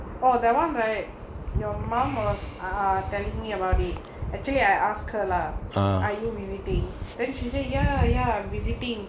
oh that [one] right your mum was err telling me about it actually I ask her lah are you visiting then she say ya ya I'm visiting